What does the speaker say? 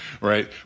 right